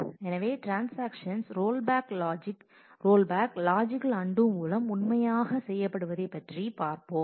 எனவே transactions roll back logical undo மூலம் உண்மையாக செய்யப்படுவதை பற்றி பார்ப்போம்